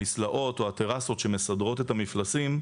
המסלעות או הטרסות שמסדרות את המפלסים,